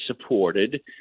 supported